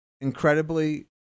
incredibly